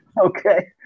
Okay